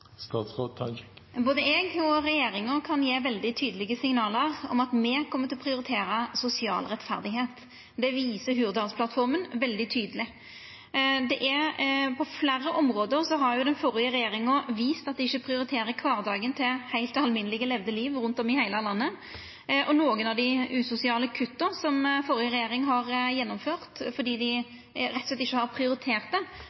Både eg og regjeringa kan gje veldig tydelege signal om at me kjem til å prioritera sosial rettferd. Det viser Hurdalsplattforma veldig tydeleg. På fleire område har den førre regjeringa vist at dei ikkje prioriterer kvardagen til heilt alminneleg levde liv rundt om i heile landet, og nokre av dei usosiale kutta som den førre regjeringa har gjennomført fordi